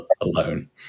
Alone